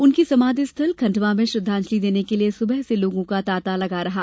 उनकी समाधि स्थल खंडवा में श्रद्दांजलि देने के लिये सुबह से लोगों का तांता लगा रहा